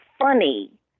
funny